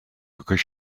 because